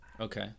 okay